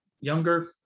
younger